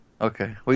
okay